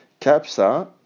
Capsa